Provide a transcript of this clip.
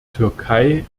türkei